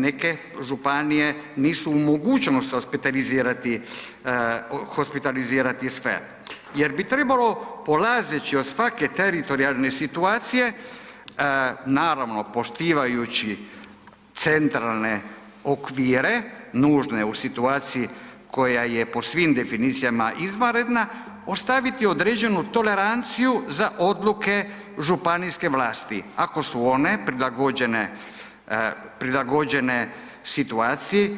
Neke županije nisu u mogućnosti hospitalizirati, hospitalizirati sve, jer bi trebalo polazeći od svake teritorijalne situacije, naravno poštivajući centralne okvire nužne u situaciji koja je po svim definicijama izvanredna, ostaviti određenu toleranciju za odluke županijske vlasti ako su one prilagođene, prilagođene situaciji